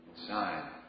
inside